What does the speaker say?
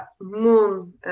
moon